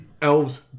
Elves